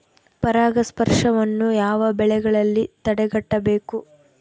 ಪರಾಗಸ್ಪರ್ಶವನ್ನು ಯಾವ ಬೆಳೆಗಳಲ್ಲಿ ತಡೆಗಟ್ಟಬೇಕು?